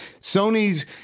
Sony's